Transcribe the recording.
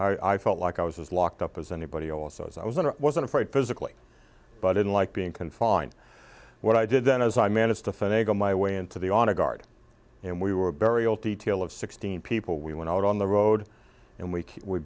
could i felt like i was as locked up as anybody else as i was and wasn't afraid physically but didn't like being confined what i did then as i managed to finagle my way into the honor guard and we were a burial detail of sixteen people we went out on the road and we we